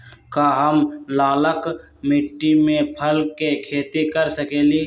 का हम लालका मिट्टी में फल के खेती कर सकेली?